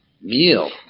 Meal